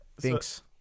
Thanks